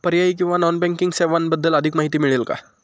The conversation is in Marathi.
पर्यायी किंवा नॉन बँकिंग सेवांबद्दल अधिक माहिती मिळेल का?